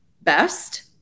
best